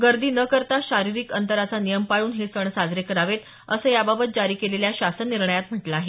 गर्दी न करता शारीरिक अंतराचा नियम पाळून हे सण साजरे करावेत असं याबाबत जारी केलेल्या शासननिर्णयात म्हटलं आहे